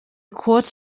kurz